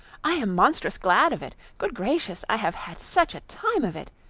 i am monstrous glad of it. good gracious! i have had such a time of it!